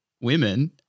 women